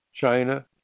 China